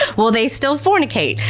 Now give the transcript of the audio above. will they still fornicate?